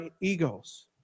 egos